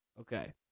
Okay